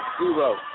zero